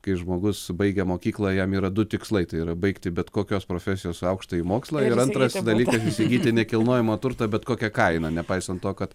kai žmogus baigia mokyklą jam yra du tikslai tai yra baigti bet kokios profesijos aukštąjį mokslą ir antras dalykas įsigyti nekilnojamą turtą bet kokia kaina nepaisant to kad